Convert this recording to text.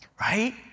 right